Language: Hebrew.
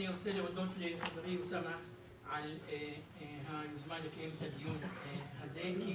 אני רוצה להודות לחברי אוסאמה על היוזמה לקיים את הדיון הזה כי